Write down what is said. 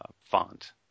font